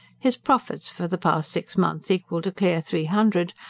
his profits for the past six months equalled a clear three hundred,